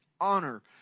Honor